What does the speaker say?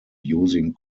using